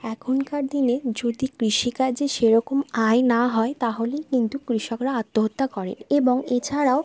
এখনকার দিনে যদি কৃষিকাজে সেরকম আয় না হয় তাহলেই কিন্তু কৃষকরা আত্মহত্যা করেন এবং এছাড়াও